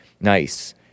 Nice